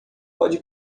pode